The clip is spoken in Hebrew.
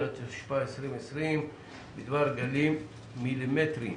התשפ"א-2020 בדבר גלים מילימטריים